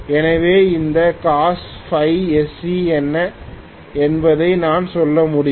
எனவே இந்த cos Φ sc என்ன என்பதை நான் சொல்ல முடியும்